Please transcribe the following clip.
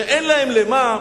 שאין להם למה,